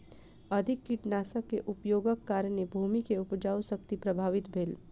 अधिक कीटनाशक के उपयोगक कारणेँ भूमि के उपजाऊ शक्ति प्रभावित भेल